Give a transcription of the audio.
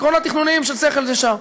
עקרונות תכנוניים של שכל ישר.